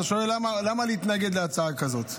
אתה שואל למה להתנגד להצעה כזאת?